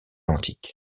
antique